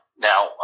Now